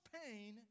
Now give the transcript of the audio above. pain